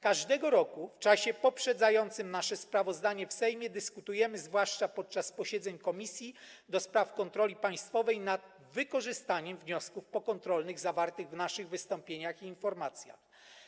Każdego roku w czasie poprzedzającym nasze sprawozdanie w Sejmie dyskutujemy, zwłaszcza podczas posiedzeń Komisji do Spraw Kontroli Państwowej, nad wykorzystaniem wniosków pokontrolnych zawartych w naszych wystąpieniach i informacjach.